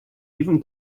even